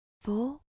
four